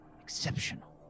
exceptional